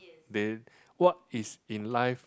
than what is in life